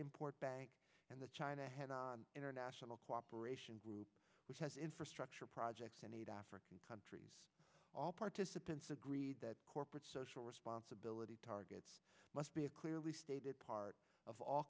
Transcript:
import bank and the china head on international cooperation group which has infrastructure projects in need african countries all participants agreed that corporate social responsibility targets must be a clearly stated part of all